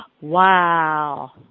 Wow